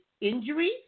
injuries